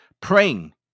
praying